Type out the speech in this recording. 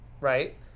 right